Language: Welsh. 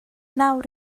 nawr